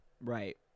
Right